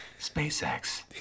SpaceX